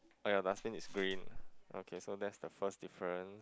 oh ya the dustbin is green okay so that's the first difference